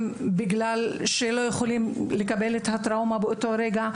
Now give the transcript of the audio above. בגלל שהם לא יכולים לקבל את הטראומה באותו רגע,